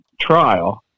trial